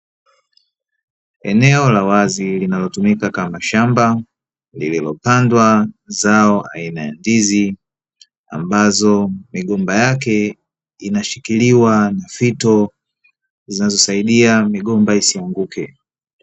Eneo la wazi linalotumika kama shamba lililopandwa zao aina ya ndizi, ambazo migomba yake inashikiliwa na fito zinazosaidia migomba isianguke.